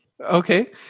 okay